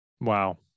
Wow